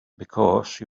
because